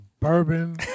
bourbon